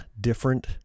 different